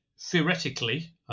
theoretically